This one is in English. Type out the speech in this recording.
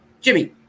Jimmy